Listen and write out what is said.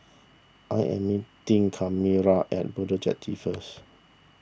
I am meeting Kamora at Bedok Jetty first